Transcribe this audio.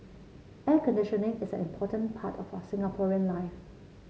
air conditioning is an important part of our Singaporean life